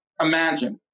Imagine